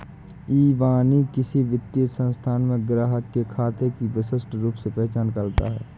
इबानी किसी वित्तीय संस्थान में ग्राहक के खाते की विशिष्ट रूप से पहचान करता है